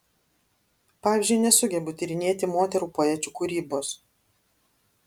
pavyzdžiui nesugebu tyrinėti moterų poečių kūrybos